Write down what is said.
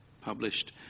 published